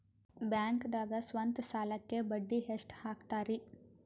ಬ್ಯಾಂಕ್ದಾಗ ಸ್ವಂತ ಸಾಲಕ್ಕೆ ಬಡ್ಡಿ ಎಷ್ಟ್ ಹಕ್ತಾರಿ?